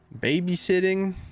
Babysitting